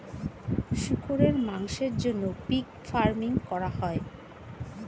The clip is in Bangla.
শুকরের মাংসের জন্য পিগ ফার্মিং করা হয়